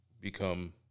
become